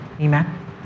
amen